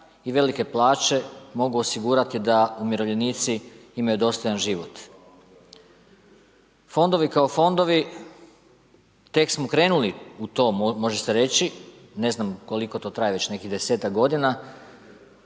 i velike plaće mogu osigurati da umirovljenici imaju dostojan život. Fondovi kao fondovi tek smo krenuli u to može se reći, ne znam koliko to traje već nekih 10ak godina,